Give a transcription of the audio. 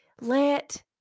let